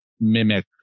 mimic